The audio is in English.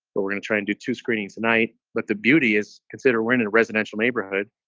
but we're gonna try and do two screenings tonight. but the beauty is consider we're in in a residential neighborhood.